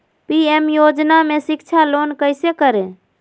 PM योजना में शिक्षा लोन कैसे करें?